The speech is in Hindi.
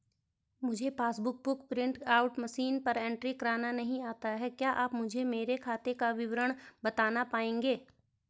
मुझे passbook book print out machine पर एंट्री करना नहीं आता है क्या आप मुझे मेरे खाते का विवरण बताना पाएंगे?